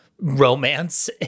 romance